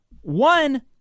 one